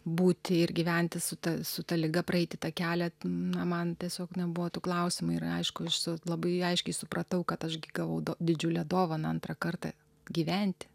būti ir gyventi su ta su ta liga praeiti tą kelią na man tiesiog nebuvo tų klausimų ir aišku su labai aiškiai supratau kad aš gi gavau du didžiulę dovaną antrą kartą gyventi